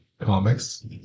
comics